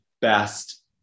best